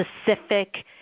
specific